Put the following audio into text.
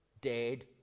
dead